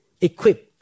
equipped